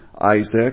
Isaac